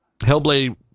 Hellblade